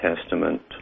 Testament